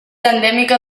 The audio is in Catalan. endèmica